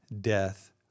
death